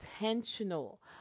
intentional